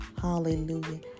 hallelujah